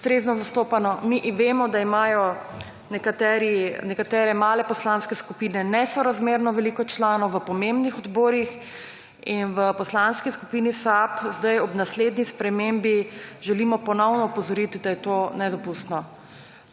ustrezno zastopano. Mi vemo, da imajo nekatere male poslanske skupine nesorazmerno veliko članov v pomembnih odborih in v Poslanski skupini SAB sedaj ob naslednji spremembi želimo ponovno opozoriti, da je to nedopustno.